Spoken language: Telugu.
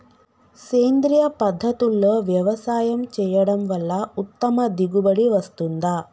సేంద్రీయ పద్ధతుల్లో వ్యవసాయం చేయడం వల్ల ఉత్తమ దిగుబడి వస్తుందా?